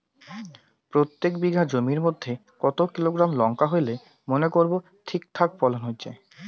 প্রত্যেক বিঘা জমির মইধ্যে কতো কিলোগ্রাম লঙ্কা হইলে মনে করব ঠিকঠাক ফলন হইছে?